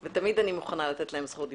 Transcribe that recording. תמיד אני מוכנה לתת להם זכות דיבור.